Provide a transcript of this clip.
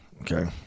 Okay